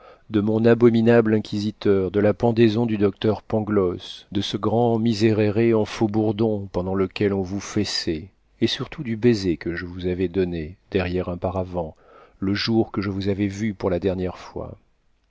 de mon abominable inquisiteur de la pendaison du docteur pangloss de ce grand miserere en faux-bourdon pendant lequel on vous fessait et surtout du baiser que je vous avais donné derrière un paravent le jour que je vous avais vu pour la dernière fois